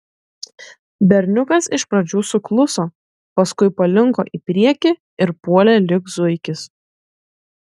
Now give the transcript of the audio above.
berniukas iš pradžių sukluso paskui palinko į priekį ir puolė lyg zuikis